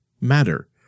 matter